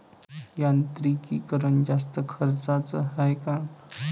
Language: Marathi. यांत्रिकीकरण जास्त खर्चाचं हाये का?